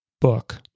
book